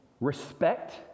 respect